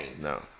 No